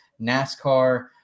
NASCAR